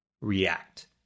react